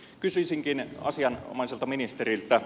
kysyisinkin asianomaiselta ministeriltä